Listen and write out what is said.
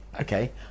Okay